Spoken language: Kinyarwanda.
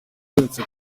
yanditse